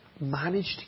managed